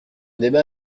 débat